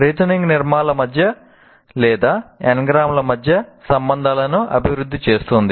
reasoning నిర్మాణాల మధ్య లేదా ఎన్గ్రామ్ల మధ్య సంబంధాలను అభివృద్ధి చేస్తుంది